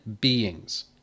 beings